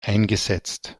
eingesetzt